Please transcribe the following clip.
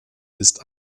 ist